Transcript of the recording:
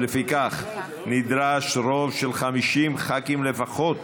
ולפיכך נדרש רוב של 50 ח"כים לפחות